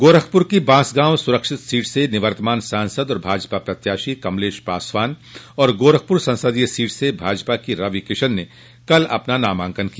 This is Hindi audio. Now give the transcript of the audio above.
गोरखपुर की बांसगांव सुरक्षित सीट से निवर्तमान सांसद और भाजपा प्रत्याशी कमलेश पासवान और गोरखपुर संसदीय सीट से भाजपा के रवि किशन ने कल अपना नामांकन किया